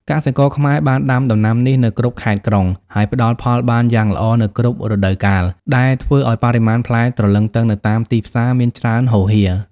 កសិករខ្មែរបានដាំដំណាំនេះនៅគ្រប់ខេត្តក្រុង ហើយផ្តល់ផលបានយ៉ាងល្អនៅគ្រប់រដូវកាល ដែលធ្វើឱ្យបរិមាណផ្លែទ្រលឹងទឹងនៅតាមទីផ្សារមានច្រើនហូរហៀរ។